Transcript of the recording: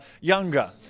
younger